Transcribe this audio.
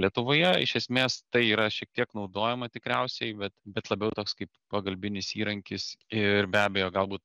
lietuvoje iš esmės tai yra šiek tiek naudojama tikriausiai bet bet labiau toks kaip pagalbinis įrankis ir be abejo galbūt